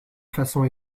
façon